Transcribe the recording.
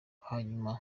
hanyuma